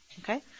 Okay